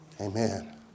Amen